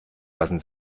lassen